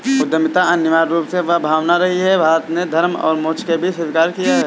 उद्यमिता अनिवार्य रूप से वह भावना रही है, भारत ने धर्म और मोक्ष के बीच स्वीकार किया है